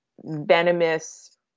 venomous